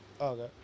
okay